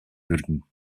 würden